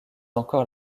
encore